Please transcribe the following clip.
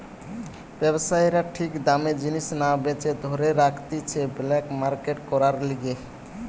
ব্যবসায়ীরা ঠিক দামে জিনিস না বেচে ধরে রাখতিছে ব্ল্যাক মার্কেট করার লিগে